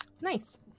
Nice